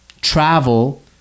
travel